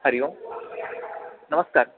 हरिः ओं नमस्कारः